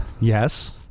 Yes